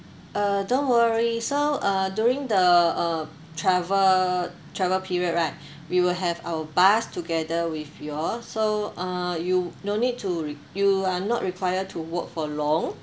uh don't worry so uh during the uh travel travel period right we will have our bus together with you all so uh you no need to r~ you are not required to walk for long